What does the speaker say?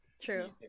True